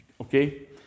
Okay